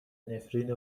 نفرین